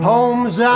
Homes